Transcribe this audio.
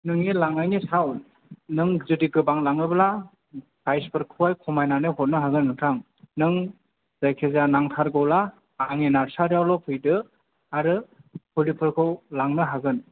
नोंनि लांनायनि सायाव नों जुदि गोबां लाङोब्ला फ्राइसफोरखौहाय खमायनानै हरनो हागोन नोंथां नों जायखिजाया नांथारगौब्ला आंनि नारसारियावल' फैदो आरो फुलिफोरखौ लांनो हागोन